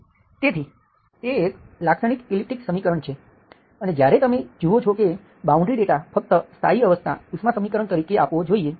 તેથી તે એક લાક્ષણિક ઈલીપ્ટિક સમીકરણ છે અને જ્યારે તમે જુઓ છો કે બાઉન્ડ્રી ડેટા ફક્ત સ્થાયી અવસ્થા ઉષ્મા સમીકરણ તરીકે આપવો જોઈએ